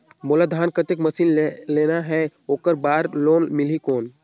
मोला धान कतेक मशीन लेना हे ओकर बार लोन मिलही कौन?